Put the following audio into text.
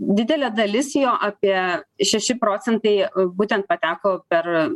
didelė dalis jo apie šeši procentai būtent pateko per